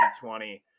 2020